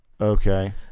Okay